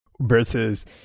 versus